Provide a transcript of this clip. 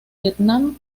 vietnam